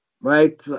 right